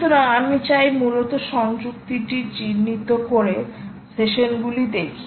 সুতরাং আমি চাই মূলত সংযুক্তিটি চিহ্নিত করে সেশনগুলি দেখি